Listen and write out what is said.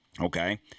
okay